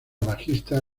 bajista